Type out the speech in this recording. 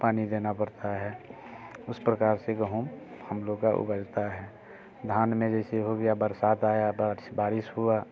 पानी देना पड़ता है उस प्रकार से गहूँ हम लोग का उपजता है धान में जैसे हो गया बरसात आया बट्स बारिश हुआ